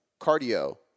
cardio